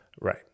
right